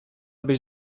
byś